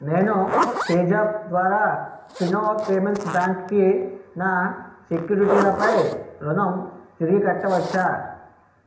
నేను పేజాప్ ద్వారా Fino payments బ్యాంక్కి నా సెక్యూరిటీలపై రుణం తిరిగి కట్టవచ్చా